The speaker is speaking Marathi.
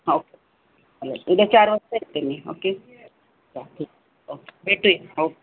ओके येस उद्या चार वाजता येते मी ओके ठीक ओके भेटूया ओके हां